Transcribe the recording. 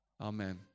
Amen